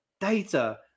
data